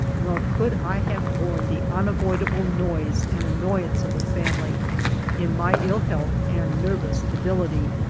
nor could i have borne the unavoidable noise and annoyance of a family in my ill health and nervous debility.